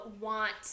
want